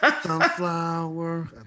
Sunflower